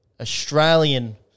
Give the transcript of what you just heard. Australian